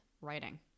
writing